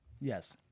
Yes